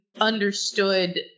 understood